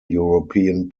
european